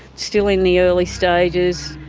still in the early stages,